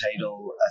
title